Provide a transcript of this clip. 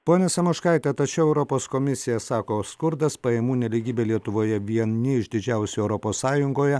ponia samoškaite tačiau europos komisija sako skurdas pajamų nelygybė lietuvoje vieni iš didžiausių europos sąjungoje